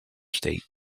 state